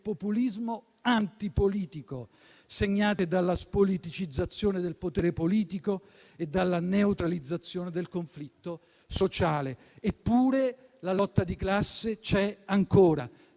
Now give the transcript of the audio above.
"populismo antipolitico"; segnate dalla spoliticizzazione del potere politico e dalla neutralizzazione del conflitto sociale. Eppure la lotta di classe c'è ancora